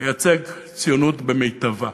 לייצג ציונות במיטבה.